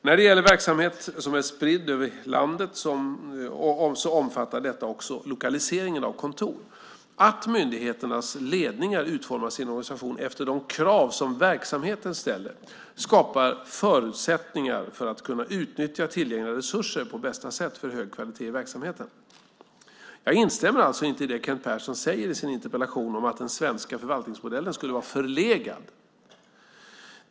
När det gäller verksamhet som är spridd över landet omfattar detta också lokaliseringen av kontor. Att myndigheternas ledningar utformar sin organisation efter de krav som verksamheten ställer skapar förutsättningar för att utnyttja tillgängliga resurser på bästa sätt för hög kvalitet i verksamheten. Jag instämmer alltså inte i det Kent Persson säger i sin interpellation om att den svenska förvaltningsmodellen skulle vara förlegad.